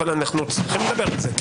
זה בתקנות אבל אנחנו צריכים לדבר על זה.